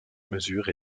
mesures